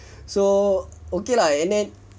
so okay lah and then